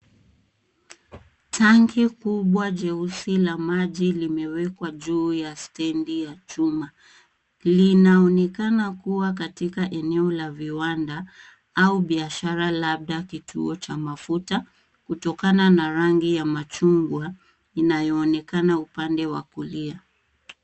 Tanki kubwa jeusi la maji limewekwa juu ya stedi ya chuma. Linaonekana kuwa katika eneo la viwanda au biashara, labda kituo cha mafuta kutokana na rangi ya machungwa inayoonekana upande wa kulia.